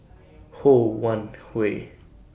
Ho Wan Hui